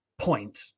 point